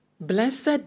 Blessed